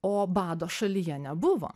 o bado šalyje nebuvo